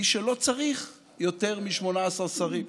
שלא צריך יותר מ-18 שרים.